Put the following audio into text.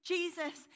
Jesus